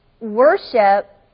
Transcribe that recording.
worship